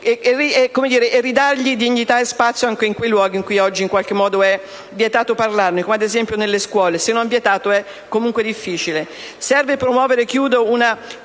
e ridare loro dignità e spazio anche in quei luoghi in cui oggi in qualche modo è vietato parlarne, come ad esempio nelle scuole (se non è vietato, è comunque difficile). Serve promuovere una